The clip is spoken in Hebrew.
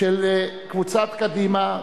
של קבוצת קדימה,